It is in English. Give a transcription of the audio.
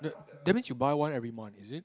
that means you buy one every month is it